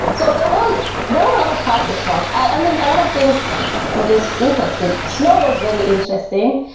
so there was there was a lot of culture shock. i mean, a lot of things was just interesting. snow was very interesting.